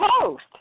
post